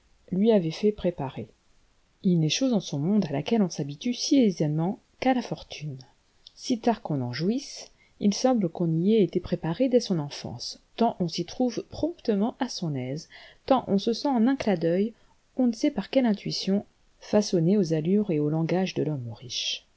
lui avait fait préparer une chose en ce monde à laquelle on s'habitue si aisément qu'à la fortune si tard qu'on en jouisse il semble qu'on y ait été préparé dès son enfance tant on s'y trouve proraptement à son aise tant on se sent en un clin d'œil on ne sait par quelle intuition façonné aux allures et au langage de l'homme riche